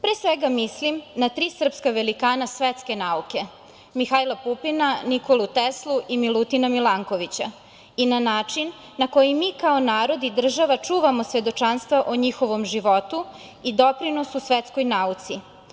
Pre svega mislim na tri srpska velikana svetske nauke, Mihajla Pupina, Nikolu Teslu i Milutina Milankovića i na način na koji mi kao narod i država čuvamo svedočanstvo o njihovom životu i doprinosu svetskoj nauci.